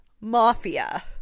mafia